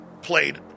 played